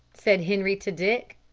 said henri to dick.